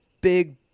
big